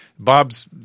Bob's